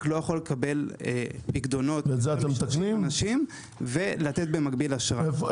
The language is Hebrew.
לא יכול לקבל פיקדונות ולתת במקביל אשראי.